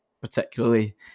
particularly